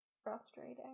Frustrating